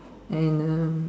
and the